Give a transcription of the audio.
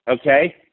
okay